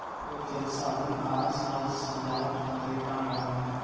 फूल तेल, साबुन आ साज सजावट खातिर काम आवेला